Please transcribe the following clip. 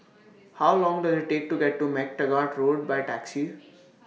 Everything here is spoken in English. How Long Does IT Take to get to MacTaggart Road By Taxi